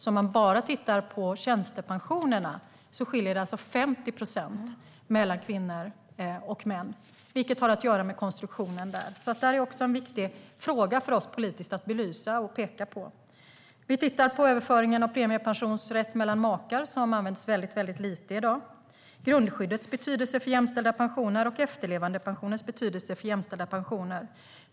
Om man bara tittar på tjänstepensionerna skiljer det 50 procent mellan kvinnor och män, vilket har att göra med konstruktionen där. Det är också en viktig fråga för oss att politiskt belysa och peka på. Vi tittar på överföring av premiepensionsrätt mellan makar, som används väldigt lite i dag, grundskyddets betydelse för jämställda pensioner och efterlevandepensionens betydelse för jämställda pensioner.